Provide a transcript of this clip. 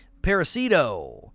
Parasito